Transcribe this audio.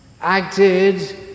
acted